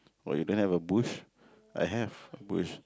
oh you don't have a bush I have a bush